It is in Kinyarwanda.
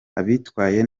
abitwaye